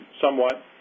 somewhat